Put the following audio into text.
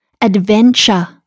adventure